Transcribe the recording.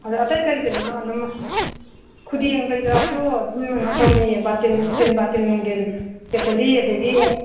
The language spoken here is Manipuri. ꯑꯗꯣ ꯑꯇꯩ ꯀꯔꯤ ꯀꯔꯤꯅꯣ ꯑꯗꯨꯝ ꯈꯨꯗꯦꯡ ꯀꯔꯤ ꯀꯔꯥꯁꯨ ꯑꯗꯨꯝ ꯀꯩꯅꯣ ꯇꯧꯅꯤ ꯕꯥꯇꯤꯟ ꯁ꯭ꯇꯤꯜ ꯕꯥꯇꯤꯟ ꯅꯨꯡꯇꯤꯟ ꯀꯦꯇꯂꯤ ꯑꯗꯒꯤ